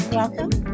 welcome